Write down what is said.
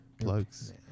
plugs